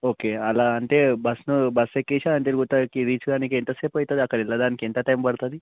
okay అలా అంటే bus bus ఎక్కేసి అనంతగిరి గుట్టకి రీచ్గానికి ఎంత సేపు అవుతుంది అక్కడికి వెళ్ళడానికి ఎంత టైం పడుతుంది